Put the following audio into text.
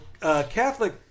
Catholic